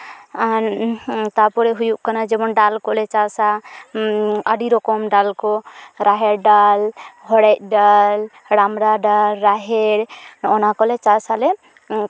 ᱟᱨ ᱛᱟᱯᱚᱨᱮ ᱦᱩᱭᱩᱜ ᱠᱟᱱᱟ ᱡᱮᱢᱚᱱ ᱰᱟᱞ ᱠᱚᱞᱮ ᱪᱟᱥᱟ ᱟᱹᱰᱤ ᱨᱚᱠᱚᱢ ᱰᱟᱞ ᱠᱚ ᱨᱟᱦᱮᱲ ᱰᱟᱞ ᱦᱚᱲᱮᱡ ᱰᱟᱞ ᱨᱟᱢᱵᱲᱟ ᱰᱟᱞ ᱨᱟᱦᱮᱲ ᱦᱚᱸᱜᱼᱚᱸᱭ ᱱᱚᱣᱟ ᱠᱚᱞᱮ ᱪᱟᱥᱟᱞᱮ